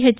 H